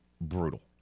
brutal